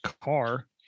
car